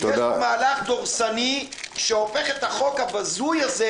זה מהלך דורסני שהופך את החוק הבזוי הזה